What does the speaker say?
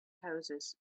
houses